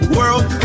world